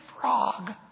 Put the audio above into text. frog